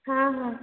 ହଁ ହଁ